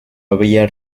había